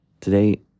Today